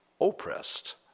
oppressed